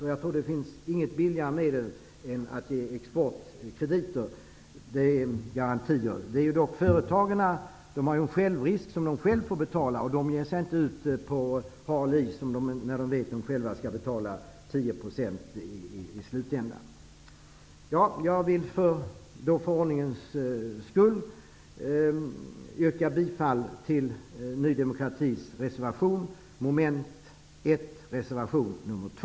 Jag tror inte att det finns något billigare medel än att ge exportkreditgarantier. Företagen får ju betala en självrisk, och de ger sig inte ut på hal is när de vet att de själva skall betala Jag vill för ordningens skull yrka bifall till Ny demokratis reservation nr 2, mom. 1.